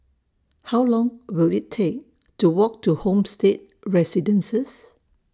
How Long Will IT Take to Walk to Homestay Residences